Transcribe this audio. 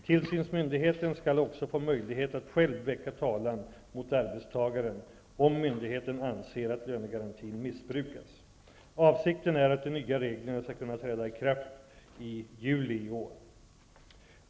Tillsynsmyndigheten skall också få möjlighet att själv väcka talan mot arbetstagaren om myndigheten anser att lönegarantin missbrukas. Avsikten är att de nya reglerna skall kunna träda i kraft den 1 juli i år. Herr talman!